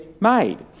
made